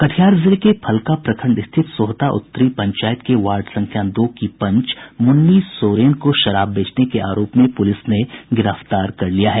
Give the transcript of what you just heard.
कटिहार जिले के फलका प्रखंड स्थित सोहथा उत्तरी पंचायत के वार्ड संख्या दो की पंच मुन्नी सोरेन को शराब बेचने के आरोप में पुलिस ने गिरफ्तार कर लिया है